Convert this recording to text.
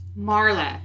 Marla